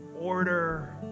order